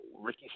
Ricky